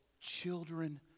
children